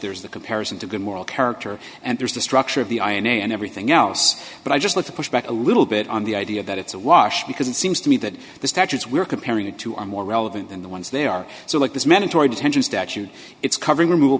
there's the comparison to good moral character and there's the structure of the i and a and everything else but i just like to push back a little bit on the idea that it's a wash because it seems to me that the statutes we're comparing it to are more relevant than the ones there are so like this mandatory detention statute it's covering remov